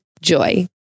JOY